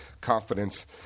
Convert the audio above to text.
confidence